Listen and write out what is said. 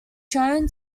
shown